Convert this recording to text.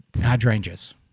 Hydrangeas